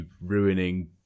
ruining